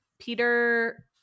Peter